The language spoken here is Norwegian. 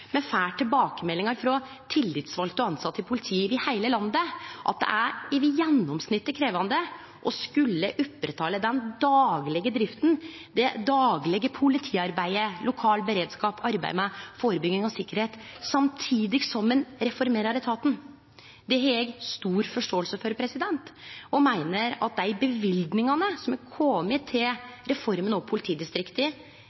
Me får tilbakemeldingar frå tillitsvalde og tilsette i politiet over heile landet om at det er over gjennomsnittet krevjande å skulle halde oppe den daglege drifta, det daglege politiarbeidet – lokal beredskap, arbeidet med førebygging og sikkerheit – samtidig som ein reformerer etaten. Det har eg stor forståing for og meiner at dei løyvingane som er